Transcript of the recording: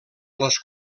les